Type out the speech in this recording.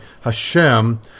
Hashem